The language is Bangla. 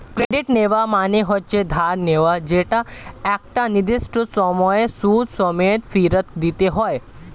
ক্রেডিট নেওয়া মানে হচ্ছে ধার নেওয়া যেটা একটা নির্দিষ্ট সময়ে সুদ সমেত ফেরত দিতে হয়